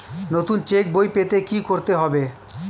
নতুন চেক বই পেতে কী করতে হবে?